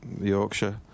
Yorkshire